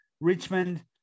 Richmond